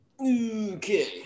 Okay